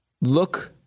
look